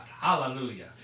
Hallelujah